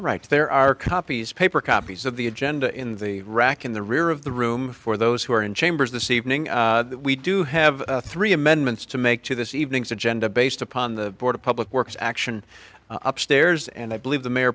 right there are copies paper copies of the agenda in the rack in the rear of the room for those who are in chambers this evening we do have three amendments to make to this evening's agenda based upon the board of public works action upstairs and i believe the mayor